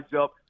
up